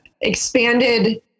expanded